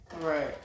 Right